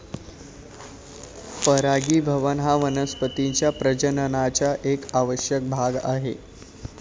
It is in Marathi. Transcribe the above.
परागीभवन हा वनस्पतीं च्या प्रजननाचा एक आवश्यक भाग आहे